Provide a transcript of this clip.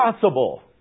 possible